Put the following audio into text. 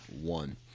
one